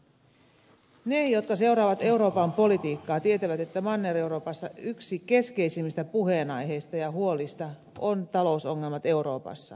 ne jotka seuraavat euroopan politiikkaa tietävät että manner euroopassa yksi keskeisimmistä puheenaiheista ja huolista on talousongelmat euroopassa